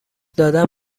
دادن